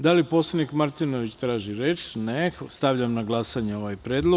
Da li poslanik Martinović traži reč?( Ne.) Stavljam na glasanje ovaj predlog.